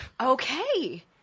okay